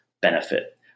benefit